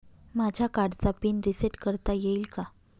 माझ्या कार्डचा pin reset करता येईल का?